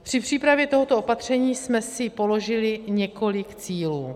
Při přípravě tohoto opatření jsme si položili několik cílů.